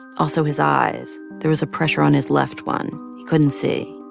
also his eyes there was a pressure on his left one. he couldn't see